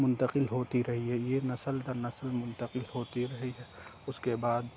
منتقل ہوتی رہی ہے یہ نسل در نسل منتقل ہوتی رہی ہے اُس کے بعد